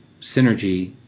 synergy